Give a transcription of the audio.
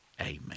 amen